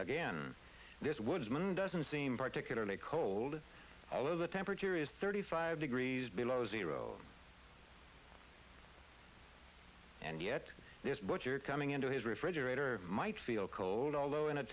woodsman doesn't seem particularly cold all of the temperature is thirty five degrees below zero and yet there's what you're coming into his refrigerator might feel cold although in a